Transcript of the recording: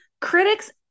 critics